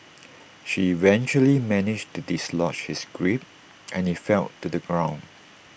she eventually managed to dislodge his grip and he fell to the ground